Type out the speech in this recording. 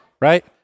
right